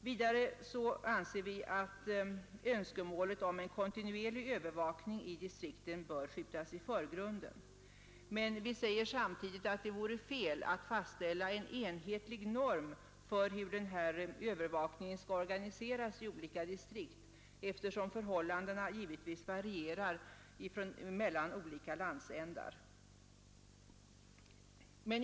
Vidare anser vi att önskemålet om en kontinuerlig övervakning i distrikten bör skjutas i förgrunden. Men vi säger samtidigt att det vore fel att fastställa en enhetlig norm för hur denna övervakning skall organiseras i olika distrikt, eftersom förhållandena givetvis varierar mellan olika landsändar.